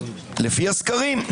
לפי הסקרים,